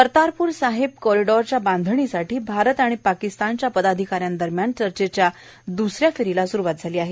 करतारपूर साहेब कॉरिडोअरच्या बांधणीसाठी आरत आणि पाकिस्तानच्या पदाधीका यांदरम्यान चर्चेच्या द्स या फेरीला सुरूवात झाली आहे